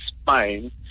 spine